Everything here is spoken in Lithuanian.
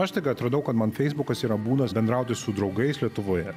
aš tik atradau kad man feisbukas yra būdas bendrauti su draugais lietuvoje